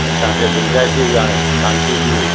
असांखे दिलिजाए थी वेई हाणे शांती थी वेई